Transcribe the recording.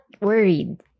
worried